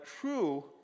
true